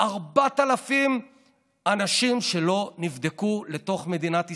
4,000 אנשים שלא נבדקו לתוך מדינת ישראל.